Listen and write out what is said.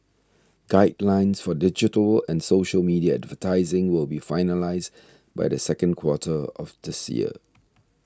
guidelines for digital and social media advertising will be finalised by the second quarter of this year